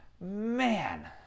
Man